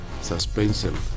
suspension